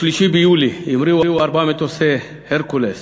ב-3 ביולי המריאו ארבעה מטוסי "הרקולס"